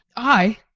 i!